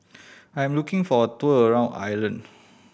I am looking for a tour around Ireland